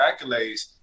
accolades